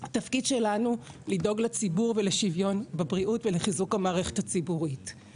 התפקיד שלנו לדאוג לציבור ולשוויון בבריאות ולחיזוק המערכת הציבורית,